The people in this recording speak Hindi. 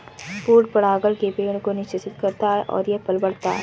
पूर्ण परागण पेड़ को निषेचित करता है और फल बढ़ता है